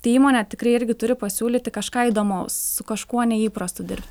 tai įmonė tikrai irgi turi pasiūlyti kažką įdomaus su kažkuo neįprastu dirbt